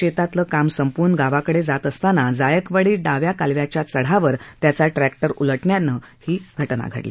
शेतातलं काम संपवून गावाकडे जात असताना जायकवाडी डाव्या कालव्याच्या चढावर त्याचा ट्रॅक्टर उलटल्यानं ही दुर्घटना घडली